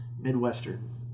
Midwestern